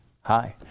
hi